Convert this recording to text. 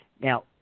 Now